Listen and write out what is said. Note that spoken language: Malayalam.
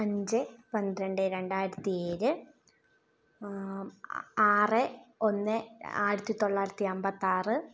അഞ്ച് പന്ത്രണ് രണ്ടായിരത്തി ഏഴ് ആറ് ഒന്ന് ആയിരത്തി തൊള്ളായിരത്തി അമ്പത്താറ്